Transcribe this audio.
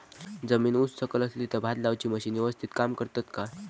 जमीन उच सकल असली तर भात लाऊची मशीना यवस्तीत काम करतत काय?